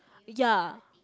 ya